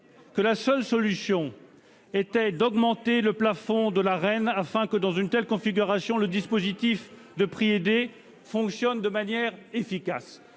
que la seule solution était d'augmenter le plafond de l'Arenh, afin que, dans une telle configuration, le dispositif de prix aidé fonctionne de manière efficace.